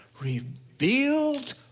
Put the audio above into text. Revealed